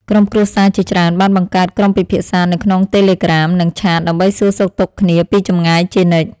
ក្រុមគ្រួសារជាច្រើនបានបង្កើតក្រុមពិភាក្សានៅក្នុងតេឡេក្រាម និងឆាត ដើម្បីសួរសុខទុក្ខគ្នាពីចម្ងាយជានិច្ច។